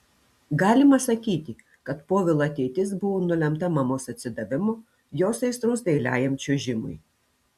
galima sakyti kad povilo ateitis buvo nulemta mamos atsidavimo jos aistros dailiajam čiuožimui